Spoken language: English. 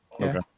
Okay